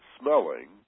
smelling